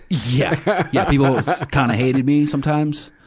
yeah. yeah, people kinda hated me sometimes.